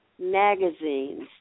magazines